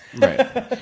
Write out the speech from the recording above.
Right